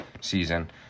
season